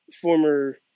former